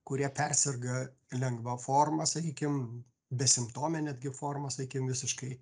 kurie perserga lengva forma sakykim besimptome netgi forma sakim visiškai